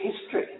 history